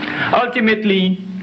ultimately